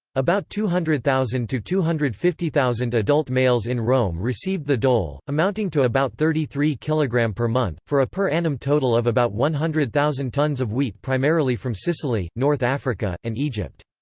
about two hundred thousand two two hundred and fifty thousand adult males in rome received the dole, amounting to about thirty three kg. um per month, for a per annum total of about one hundred thousand tons of wheat primarily from sicily, north africa, and egypt.